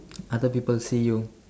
other people see you